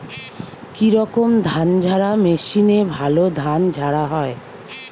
কি রকম ধানঝাড়া মেশিনে ভালো ধান ঝাড়া হয়?